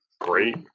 Great